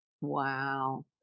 Wow